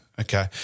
Okay